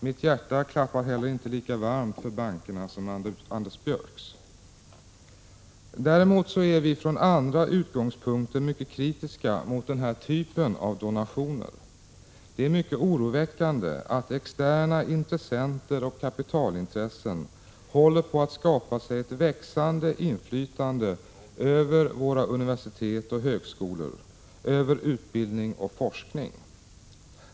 Mitt hjärta klappar inte heller lika varmt för bankerna som Anders Björcks. Däremot är vi från andra utgångspunkter mycket kritiska mot den här typen av donationer. Det är mycket oroväckande att externa intressenter och kapitalintressen håller på att skaffa sig ett växande inflytande över våra universitet och högskolor, över utbildning och forskning.